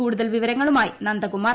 കൂടുതൽ വിവരങ്ങളുമായി നന്ദകുമാർ